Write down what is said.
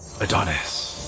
Adonis